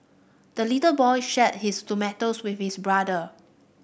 the little boy shared his tomatoes with his brother